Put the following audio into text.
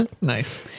Nice